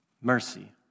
mercy